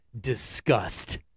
disgust